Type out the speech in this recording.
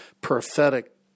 prophetic